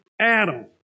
Adam